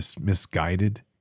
misguided